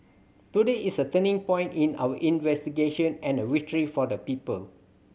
today is a turning point in our investigation and a victory for the people